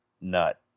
nut